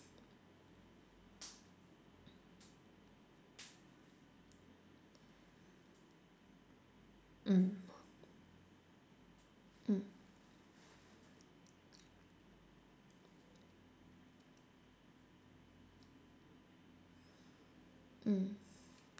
mm mm mm